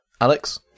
Alex